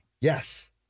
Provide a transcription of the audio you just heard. Yes